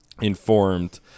informed